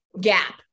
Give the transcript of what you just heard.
Gap